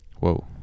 Whoa